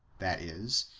that is,